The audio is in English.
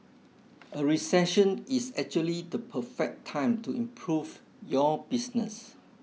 a recession is actually the perfect time to improve your business